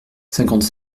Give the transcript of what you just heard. cinquante